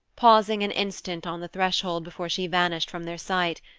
pausing an instant on the threshold before she vanished from their sight,